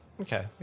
Okay